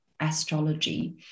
astrology